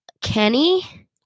Kenny